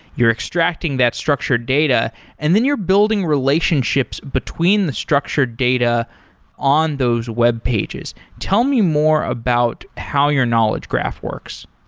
you're extracting that structured data and then you're building relationships between the structured data on those webpages. tell me more about how your knowledge graph works.